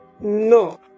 No